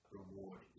reward